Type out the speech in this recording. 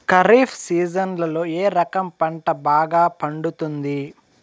ఖరీఫ్ సీజన్లలో ఏ రకం పంట బాగా పండుతుంది